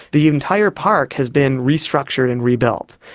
the entire park has been restructured and rebuilt.